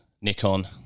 Nikon